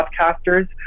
podcasters